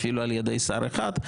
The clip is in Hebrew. אפילו על ידי שר אחד.